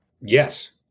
Yes